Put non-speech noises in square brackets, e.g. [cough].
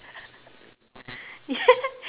[laughs]